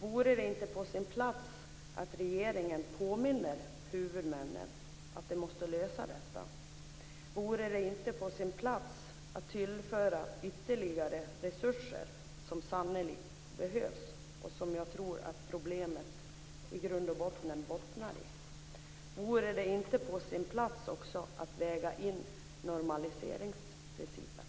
Vore det inte på sin plats att regeringen påminner huvudmännen om att de måste lösa detta? Vore det inte på sin plats att tillföra ytterligare resurser? Det behövs sannerligen, och jag tror att det är det problemet bottnar i. Vore det inte också på sin plats att väga in normaliseringsprincipen?